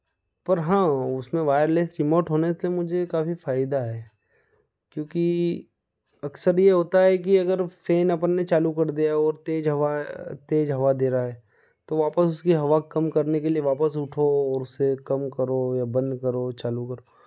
पर हाँ उसमें वायरलेस रिमोट होने से मुझे काफ़ी फ़ायदा है क्योंकि अक्सर यह होता है कि अगर फेन अपन ने चालू कर दिया और तेज़ हवा तेज़ हवा दे रहा है तो वापस उसकी हवा कम करने के लिए वापस उठो और उसे कम करो या बंद करो चालू करो